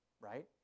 right